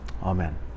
Amen